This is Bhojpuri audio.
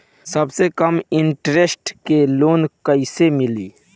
सबसे कम इन्टरेस्ट के लोन कइसे मिली?